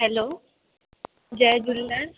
hello जय झूलेलाल